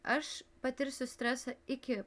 aš patirsiu stresą iki